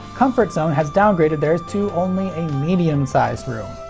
comfort zone has downgraded theirs to only a medium sized room.